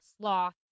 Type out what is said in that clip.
sloth